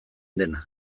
dena